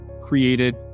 created